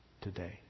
today